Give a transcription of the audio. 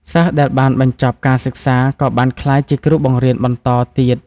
សិស្សដែលបានបញ្ចប់ការសិក្សាក៏បានក្លាយជាគ្រូបង្រៀនបន្តទៀត។